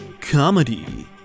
comedy